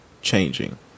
changing